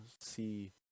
see